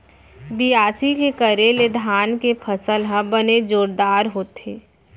बियासी के करे ले धान के फसल ह बने जोरदार होथे